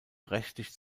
rechtlich